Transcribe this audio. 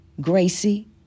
Gracie